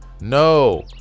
no